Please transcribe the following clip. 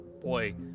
Boy